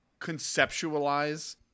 conceptualize